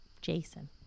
Jason